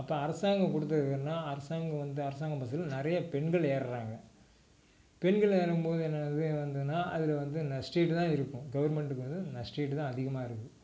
அப்போ அரசாங்கம் கொடுத்துருக்குன்னா அரசாங்கம் வந்து அரசாங்க பஸ்ஸில் நிறைய பெண்கள் ஏறுறாங்க பெண்கள் ஏறும் போது என்னாகுது வந்துன்னா அதில் வந்து நஷ்ட ஈடு தான் இருக்கும் கவர்மெண்ட்டுக்கு வந்து நஷ்ட ஈடு தான் அதிகமாக இருக்குது